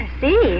see